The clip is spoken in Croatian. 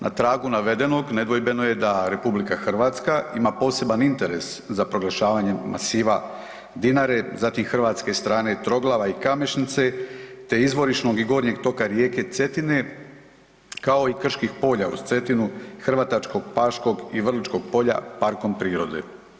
Na tragu navedenog, nedvojbeno je da RH ima poseban interes za proglašavanjem masiva Dinare, zatim hrvatske strane Troglava i Kamešnice, te izvorišnog i gornjeg toka rijeke Cetine, kao i krških polja uz Cetinu, Hrvatačkog, Paškog i Vrličkog polja, parkom prirode.